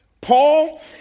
Paul